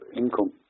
income